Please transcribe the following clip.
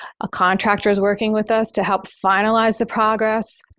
a contractor is working with us to help finalize the progress,